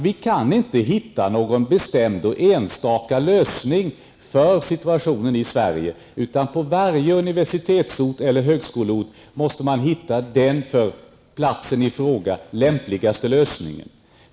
Vi kan inte hitta någon bestämd och enstaka lösning för situationen i Sverige, utan för varje universitetsort måste man finna den för platsen i fråga den mest lämpliga lösningen.